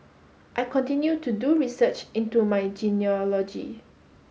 I continue to do research into my genealogy